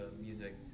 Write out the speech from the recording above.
music